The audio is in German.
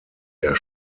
der